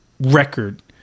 record